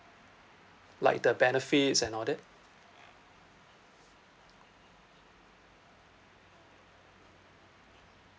like the benefits and all that